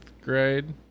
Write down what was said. grade